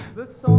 this